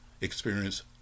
experience